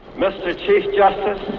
mr chief yeah